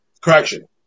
Correction